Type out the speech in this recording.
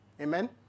Amen